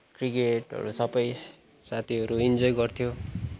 क्रिकेटहरू सबै साथीहरू इन्जोय गर्थ्यौँ